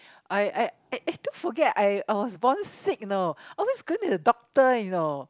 I I I still forget I I was born sick you know always going to the doctor you know